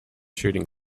shooting